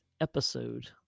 episode